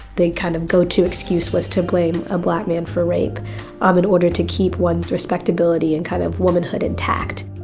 the kind of go to excuse was to blame a black man for rape um in order to keep one's respectability and kind of womanhood intact.